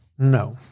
No